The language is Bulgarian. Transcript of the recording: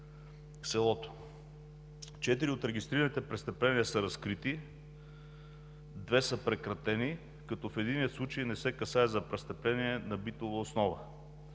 Четири от регистрираните престъпления са разкрити, две са прекратени, като в единия случай не се касае за престъпление на битова основа.